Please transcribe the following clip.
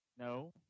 No